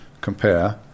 compare